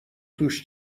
توش